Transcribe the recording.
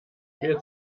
mehl